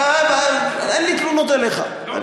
אין לי תלונות אליך.